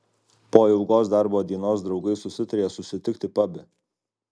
po ilgos darbo dienos draugai susitarė susitikti pabe